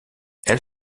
elle